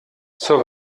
zur